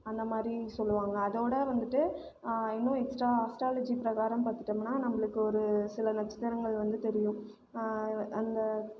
அந்தமாதிரி சொல்வாங்க அதோடு வந்துவிட்டு இன்னும் எக்ஸ்ட்ரா அஸ்ட்ராலஜி பிரகாரம் பாத்துட்டோமுன்னா நம்மளுக்கு ஒரு சில நட்சத்திரங்கள் வந்து தெரியும் அந்த